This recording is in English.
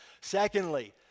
Secondly